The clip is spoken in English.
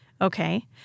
Okay